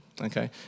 okay